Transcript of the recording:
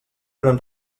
eren